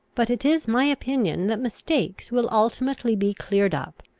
but it is my opinion that mistakes will ultimately be cleared up,